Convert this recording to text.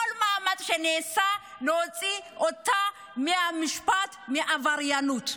נעשה כל מאמץ להוציא אותה מהמשפט, מעבריינות.